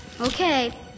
Okay